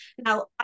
Now